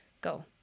go